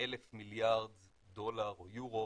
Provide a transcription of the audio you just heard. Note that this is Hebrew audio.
אלף מיליארד דולר או יורו